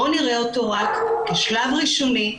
בואו נראה אותו רק כשלב ראשוני.